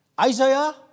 Isaiah